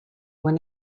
when